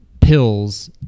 pills